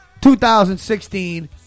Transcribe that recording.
2016